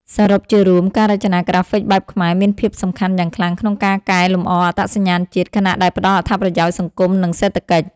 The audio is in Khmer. សរុបជារួម ការរចនាក្រាហ្វិកបែបខ្មែរមានភាពសំខាន់យ៉ាងខ្លាំងក្នុងការកែលម្អអត្តសញ្ញាណជាតិ ខណៈដែលផ្តល់អត្ថប្រយោជន៍សង្គម និងសេដ្ឋកិច្ច។